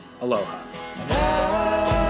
Aloha